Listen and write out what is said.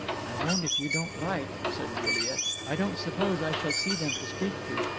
i won't if you don't like, said juliet. i don't suppose i shall see them to speak to.